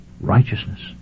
righteousness